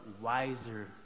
wiser